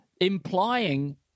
Implying